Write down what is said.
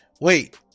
wait